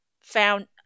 found